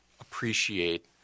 appreciate